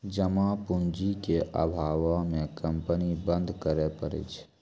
जमा पूंजी के अभावो मे कंपनी बंद करै पड़ै छै